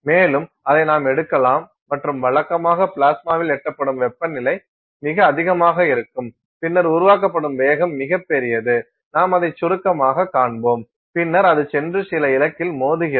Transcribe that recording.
மேலும் அதை நாம் எடுக்கலாம் மற்றும் வழக்கமாக பிளாஸ்மாவில் எட்டப்படும் வெப்பநிலை மிக அதிகமாக இருக்கும் பின்னர் உருவாக்கப்படும் வேகம் மிகப் பெரியது நாம் அதை சுருக்கமாகக் காண்போம் பின்னர் அது சென்று சில இலக்கில் மோதுகிறது